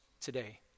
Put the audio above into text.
today